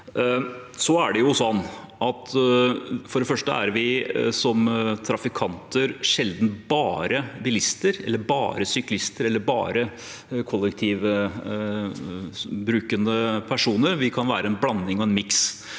vi som trafikanter sjelden bare bilister eller bare syklister eller bare kollektivbrukende personer. Vi kan være en blanding og en miks.